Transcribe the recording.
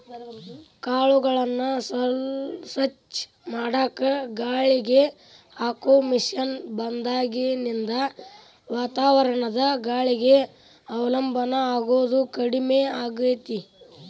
ಕಾಳುಗಳನ್ನ ಸ್ವಚ್ಛ ಮಾಡಾಕ ಗಾಳಿಗೆ ಹಾಕೋ ಮಷೇನ್ ಬಂದಾಗಿನಿಂದ ವಾತಾವರಣದ ಗಾಳಿಗೆ ಅವಲಂಬನ ಆಗೋದು ಕಡಿಮೆ ಆಗೇತಿ